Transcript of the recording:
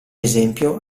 esempio